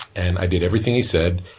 and, i did everything he said,